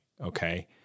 okay